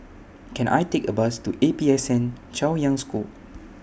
Can I Take A Bus to A P S N Chaoyang School